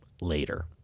later